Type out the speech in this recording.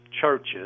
churches